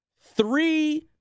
three